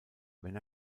wenn